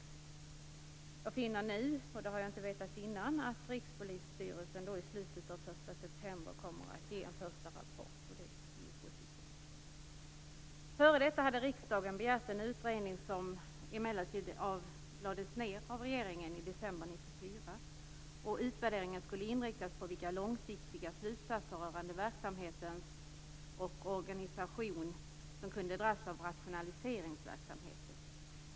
Jag finner nu, och det har jag inte vetat innan, att Rikspolisstyrelsen i slutet av september kommer att ge en första rapport. Det är positivt. Före detta hade riksdagen begärt en utredning som emellertid lades ned av regeringen i december 1994. Utvärderingen skulle inriktas på vilka långsiktiga slutsatser rörande verksamhetens organisation som kunde dras av rationaliseringsverksamheten.